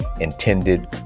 intended